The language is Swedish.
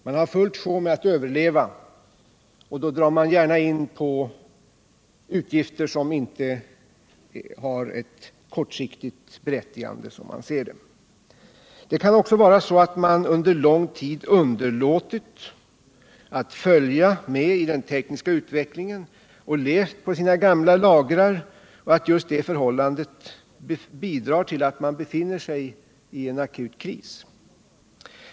Man har fullt sjå med att överleva, och då drar man gärna in på utgifter som inte har ett kortsiktigt berättigande, som man ser det. Det kan också vara så, att man under lång tid har underlåtit att följa med i den tekniska utvecklingen och levt på sina gamla lagrar, så att just det förhållandet bidrar till att man befinner sig i en akut kris.